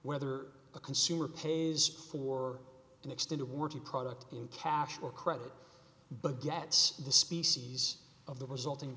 whether a consumer pays for an extended warranty product in cash or credit but gets the species of the result